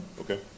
Okay